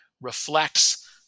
reflects